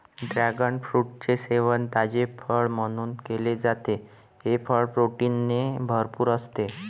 dragon फ्रूटचे सेवन ताजे फळ म्हणून केले जाते, हे फळ प्रोटीनने भरपूर असते